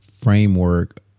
framework